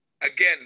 Again